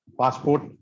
passport